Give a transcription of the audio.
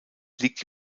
liegt